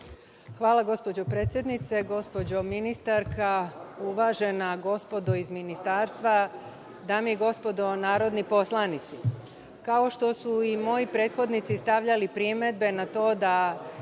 Hvala, gospođo predsednice. Gospođo ministarka, uvažena gospodo iz Ministarstva, dame i gospodo narodni poslanici, kao što su i moji prethodnici stavljali primedbe na to da